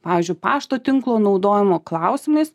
pavyzdžiui pašto tinklo naudojimo klausimais